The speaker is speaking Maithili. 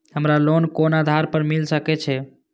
हमरा लोन कोन आधार पर मिल सके छे?